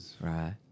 Right